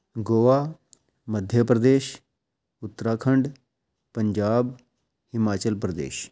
Goa Madhya Pradesh Uttarakhand Punjab Himachal Pradesh